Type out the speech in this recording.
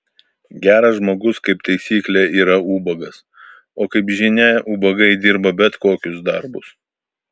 geras žmogus kaip taisyklė yra ubagas o kaip žinia ubagai dirba bet kokius darbus